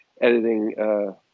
editing